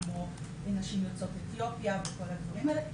כמו לנשים יוצאות אתיופיה וכל הדברים האלה,